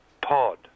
Pod